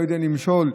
לא יודעים למשול.